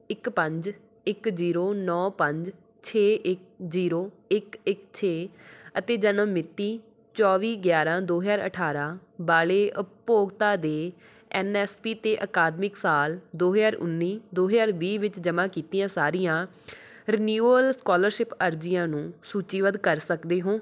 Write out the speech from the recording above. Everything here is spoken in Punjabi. ਇੱਕ ਪੰਜ ਇੱਕ ਜੀਰੋ ਨੌ ਪੰਜ ਛੇ ਇੱਕ ਜੀਰੋ ਇੱਕ ਇੱਕ ਛੇ ਅਤੇ ਜਨਮ ਮਿਤੀ ਚੌਵੀ ਗਿਆਰਾਂ ਦੋ ਹਜ਼ਾਰ ਅਠਾਰਾਂ ਵਾਲੇ ਉਪਭੋਗਤਾ ਦੇ ਐੱਨ ਐੱਸ ਪੀ 'ਤੇ ਅਕਾਦਮਿਕ ਸਾਲ ਦੋ ਹਜ਼ਾਰ ਉੱਨੀ ਦੋ ਹਜ਼ਾਰ ਵੀਹ ਵਿੱਚ ਜਮ੍ਹਾਂ ਕੀਤੀਆਂ ਸਾਰੀਆਂ ਰੀਨਿਊਲ ਸਕੋਲਰਸ਼ਿਪ ਅਰਜ਼ੀਆਂ ਨੂੰ ਸੂਚੀਬੱਧ ਕਰ ਸਕਦੇ ਹੋ